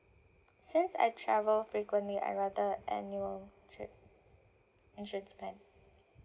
since I travel frequently I rather annual trip insurance plan